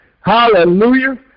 Hallelujah